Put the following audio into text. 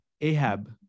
Ahab